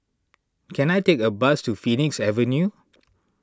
can I take a bus to Phoenix Avenue